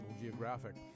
Geographic